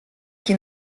que